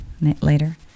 later